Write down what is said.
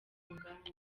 muganda